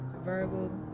verbal